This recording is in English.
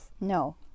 No